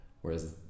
whereas